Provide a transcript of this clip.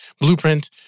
Blueprint